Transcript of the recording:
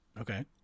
Okay